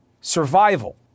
Survival